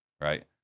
right